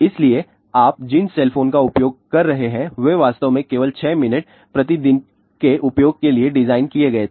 इसलिए आप जिन सेलफोन का उपयोग कर रहे हैं वे वास्तव में केवल 6 मिनट प्रति दिन के उपयोग के लिए डिज़ाइन किए गए थे